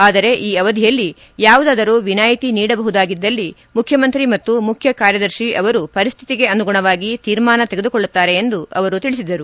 ಆದರೆ ಈ ಅವಧಿಯಲ್ಲಿ ಯಾವುದಾದರೂ ವಿನಾಯಿತಿ ನೀಡಬಹುದಾಗಿದ್ದಲ್ಲಿ ಮುಖ್ಯಮಂತ್ರಿ ಮತ್ತು ಮುಖ್ಯಕಾರ್ಯದರ್ಶಿ ಅವರು ಪರಿಸ್ತಿತಿಗೆ ಅನುಗುಣವಾಗಿ ತೀರ್ಮಾನ ತೆಗೆದುಕೊಳ್ಳುತ್ತಾರೆ ಎಂದು ಹೇಳಿದರು